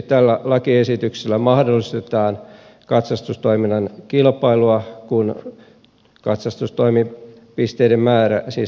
tällä lakiesityksellä mahdollistetaan erityisesti katsastustoiminnan kilpailua kun katsastustoimipisteiden määrä siis todennäköisesti lisääntyy